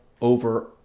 over